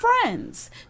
friends